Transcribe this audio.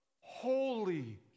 holy